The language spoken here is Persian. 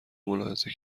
ملاحظه